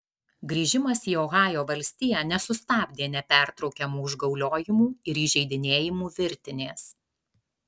grįžimas į ohajo valstiją nesustabdė nepertraukiamų užgauliojimų ir įžeidinėjimų virtinės